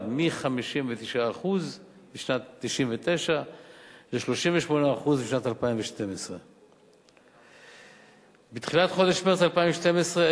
מ-59% בשנת 1999 ל-38% בשנת 2012. בתחילת חודש מרס 2012,